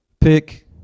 Pick